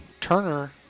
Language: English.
Turner